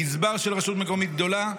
גזבר של רשות מקומית גדולה,